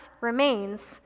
remains